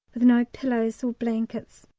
with no pillows or blankets,